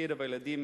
מקרב הילדים